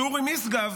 שאורי משגב